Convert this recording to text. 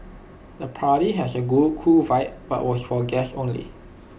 the party has A cool vibe but was for guest only